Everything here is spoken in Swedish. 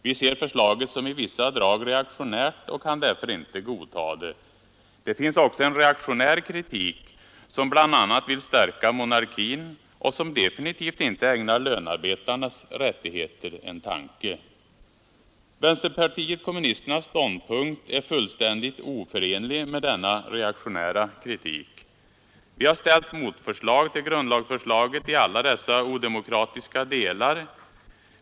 Vi ser förslaget som i vissa drag reaktionärt och kan därför inte godta det. Det finns också en reaktionär kritik som bl.a. vill stärka monarkin och som definitivt inte ägnar lönearbetarnas rättigheter en tanke. Vänsterpartiet kommunisternas ståndpunkt är fullständigt oförenlig med denna reaktionära kritik. Vi har ställt motförslag till grundlagsförslaget i alla dess odemokratiska delar.